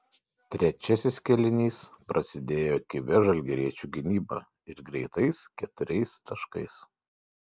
trečiasis kėlinys prasidėjo kibia žalgiriečių gynyba ir greitais keturiais taškais